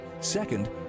second